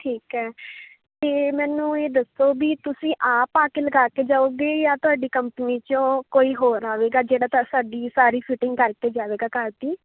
ਠੀਕ ਹੈ ਅਤੇ ਮੈਨੂੰ ਇਹ ਦੱਸੋ ਵੀ ਤੁਸੀਂ ਆਪ ਆ ਕੇ ਲਗਾ ਕੇ ਜਾਉਗੇ ਜਾਂ ਤੁਹਾਡੀ ਕੰਪਨੀ 'ਚੋਂ ਕੋਈ ਹੋਰ ਆਵੇਗਾ ਜਿਹੜਾ ਤਾਂ ਸਾਡੀ ਸਾਰੀ ਫਿਟਿੰਗ ਕਰਕੇ ਜਾਵੇਗਾ ਘਰ ਦੀ